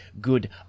good